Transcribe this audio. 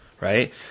right